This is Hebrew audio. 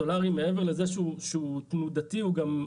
הסולארי, מעבר לזה שהוא תנודתי, הוא גם,